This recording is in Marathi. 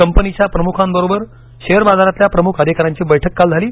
कंपनीच्या प्रमुखांबरोबर शेअर बाजारातल्या प्रमुख अधिकाऱ्यांची बैठक आज झाली